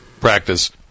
practice